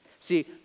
See